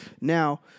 Now